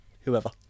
whoever